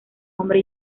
hombre